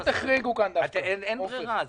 אין ברירה.